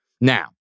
Now